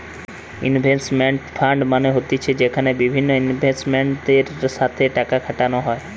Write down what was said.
investment fund মানে হতিছে যেখানে বিভিন্ন ইনভেস্টরদের সাথে টাকা খাটানো হয়